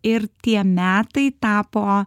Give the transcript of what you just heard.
ir tie metai tapo